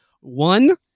One